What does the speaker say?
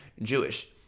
Jewish